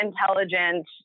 intelligent